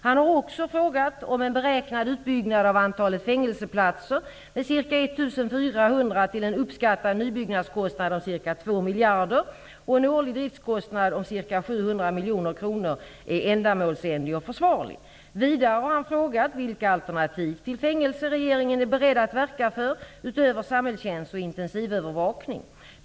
Han har också frågat om en beräknad utbyggnad av antalet fängelseplatser med ca 1 400 till en uppskattad nybyggnadskostnad om ca 2 miljarder kronor och en årlig driftskostnad om ca 700 miljoner kronor är ändamålsenlig och försvarlig. Vidare har han frågat vilka alternativ till fängelse regeringen är beredd att verka för utöver samhällstjänst och intensivövervakning.